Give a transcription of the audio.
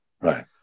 Right